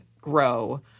grow